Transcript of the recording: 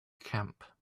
camp